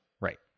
right